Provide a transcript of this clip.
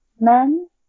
men